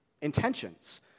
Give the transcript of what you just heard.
intentions